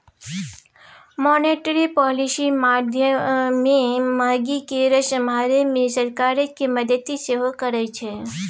monetary policy माध्यमे महगी केँ समहारै मे सरकारक मदति सेहो करै छै